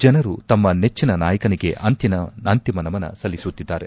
ಜನರು ತಮ್ಮ ನೆಚ್ಚಿನ ನಾಯಕನಿಗೆ ಅಂತಿಮ ನಮನ ಸಲ್ಲಿಸುತ್ತಿದ್ದಾರೆ